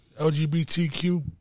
LGBTQ